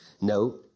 No